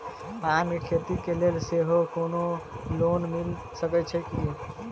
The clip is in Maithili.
पान केँ खेती केँ लेल सेहो कोनो लोन मिल सकै छी की?